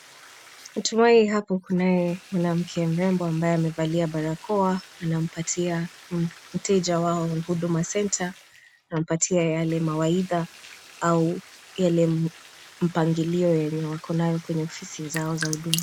Natumai hapo kunaye mwanamke mrembo ambaye amevalia barakoa anampatia mteja wao Huduma Centre anampatia yale mawaidha au yale mpangilio yenye wako nayo kwenye ofisi zao za huduma.